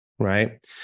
right